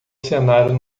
cenário